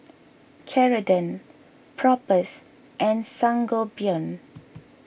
Ceradan Propass and Sangobion